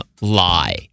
lie